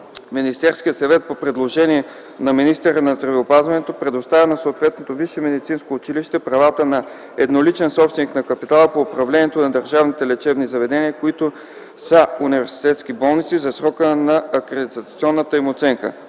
Министерският съвет по предложение на министъра на здравеопазването предоставя на съответното висше медицинско училище правата на едноличен собственик на капитала по управлението на държавните лечебни заведения, които са университетски болници, за срока на акредитационната им оценка.